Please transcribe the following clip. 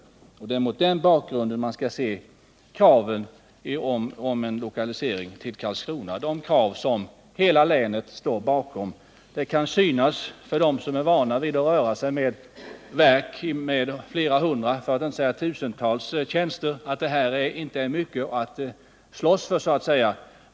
Det är mot den bakgrunden man skall se kraven på en lokalisering till Karlskrona — krav som hela länet står bakom. För dem som är vana vid att röra sig med verk med flera hundra för att inte säga tusentals tjänster kan det synas som att det här inte är mycket att slåss för.